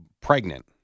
pregnant